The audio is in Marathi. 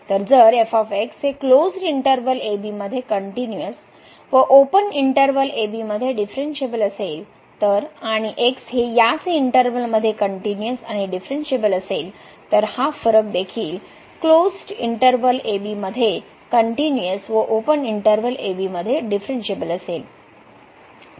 तर जर हे क्लोज्ड इंटर्वल ab मध्ये कनट्युनिअस व ओपन इंटर्वल मध्ये डिफरंनशिएबल असेल तर आणि x हे याच इंटर्वल मध्ये कनट्युनिअस आणि डिफरंनशिएबलअसेल तर हा फरक देखील क्लोज्ड इंटर्वल ab मध्ये कनट्युनिअस व ओपन इंटर्वल मध्ये डिफरंनशिएबल असेल